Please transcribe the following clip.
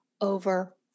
over